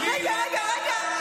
--- רגע, רגע, רגע.